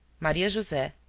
maria-jose,